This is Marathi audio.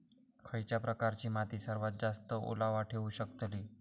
खयच्या प्रकारची माती सर्वात जास्त ओलावा ठेवू शकतली?